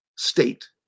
State